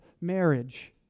marriage